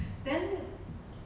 then